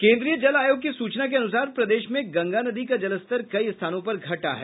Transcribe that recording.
केन्द्रीय जल आयोग की सूचना के अनुसार प्रदेश में गंगा नदी का जलस्तर कई स्थानों पर घटा है